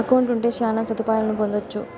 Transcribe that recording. account ఉంటే శ్యాన సదుపాయాలను పొందొచ్చు